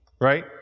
right